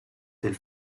del